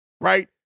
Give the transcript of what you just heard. right